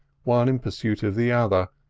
one in pursuit of the other,